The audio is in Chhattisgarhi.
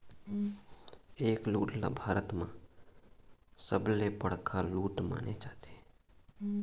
ए लूट ल भारत म सबले बड़का लूट माने जाथे